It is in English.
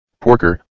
Porker